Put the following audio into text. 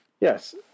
Yes